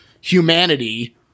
humanity